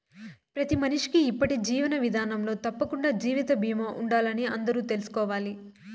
ప్రతి మనిషికీ ఇప్పటి జీవన విదానంలో తప్పకండా జీవిత బీమా ఉండాలని అందరూ తెల్సుకోవాలి